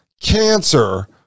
cancer